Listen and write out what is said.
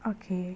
okay